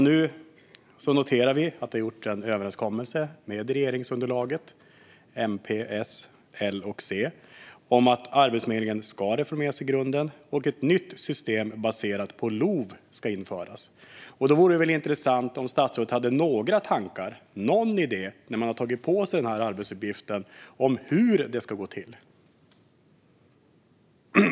Nu noterar vi att det har gjorts en överenskommelse i regeringsunderlaget MP, S, L och C om att Arbetsförmedlingen ska reformeras i grunden och att ett nytt system baserat på LOV ska införas. När man nu har tagit på sig den arbetsuppgiften vore det intressant om statsrådet hade några tankar, någon idé, om hur det ska gå till.